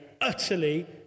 utterly